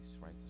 right